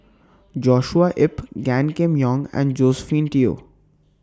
Joshua Ip Gan Kim Yong and Josephine Teo